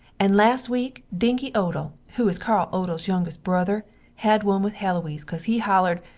and last weak dinky odell who is carl odells yungist brother had one with heloise because he hollerd,